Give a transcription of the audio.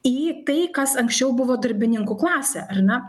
į tai kas anksčiau buvo darbininkų klasė ar ne